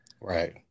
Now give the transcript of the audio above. Right